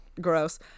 Gross